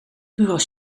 pure